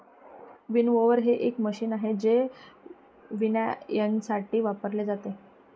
winnower हे एक machine आहे जे विनॉयइंगसाठी वापरले जाते